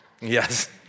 Yes